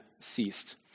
ceased